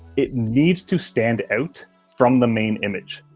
it needs to stand out from the main image.